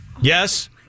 Yes